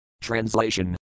Translation